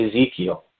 Ezekiel